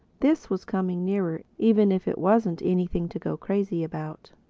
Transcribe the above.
this was coming nearer, even if it wasn't anything to go crazy about.